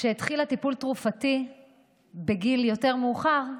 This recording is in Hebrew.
כשהתחילה טיפול תרופתי בגיל יותר מאוחר,